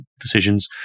decisions